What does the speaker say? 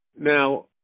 Now